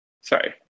Sorry